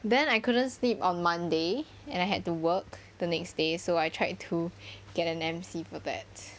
then I couldn't sleep on monday and I had to work the next day so I tried to get an M_C for that